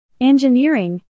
Engineering